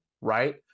right